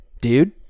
dude